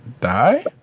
die